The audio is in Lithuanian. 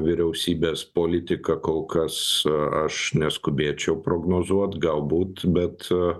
vyriausybės politiką kol kas aš neskubėčiau prognozuot galbūt bet